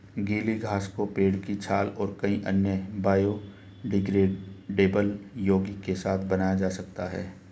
गीली घास को पेड़ की छाल और कई अन्य बायोडिग्रेडेबल यौगिक के साथ बनाया जा सकता है